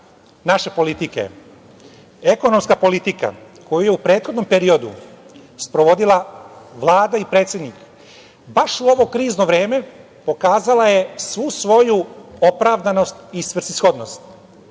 naše politike. Ekonomska politika koju je u prethodnom periodu sprovodila Vlada i predsednik, baš u ovo krzno vreme, pokazala je svu svoju opravdanost i svrsishodnost.